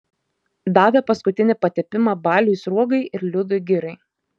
davė paskutinį patepimą baliui sruogai ir liudui girai